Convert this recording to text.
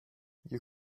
you